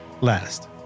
Last